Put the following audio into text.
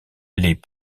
les